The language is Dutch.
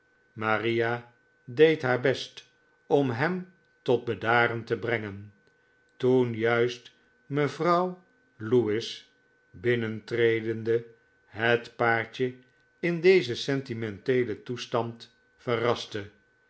maria deed haar best om hem tot bedaren te brengen toen juist mevrouw lewis binnentredende het paartje in dezen centimenteelen toestand verraste